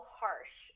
harsh